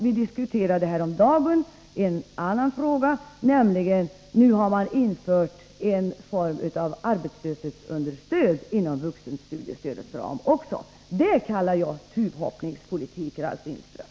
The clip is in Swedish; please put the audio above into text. Vi diskuterade häromdagen en annan fråga, nämligen att man nu också har infört en form av arbetslöshetsunderstöd inom vuxenstudiestödets ram. Det kallar jag tuvhoppningspolitik, Ralf Lindström!